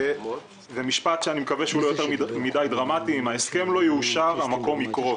אם ההסכם לא יאושר המקום יקרוס.